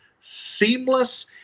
seamless